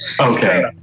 okay